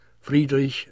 Friedrich